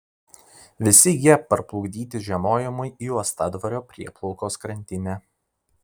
visi jie parplukdyti žiemojimui į uostadvario prieplaukos krantinę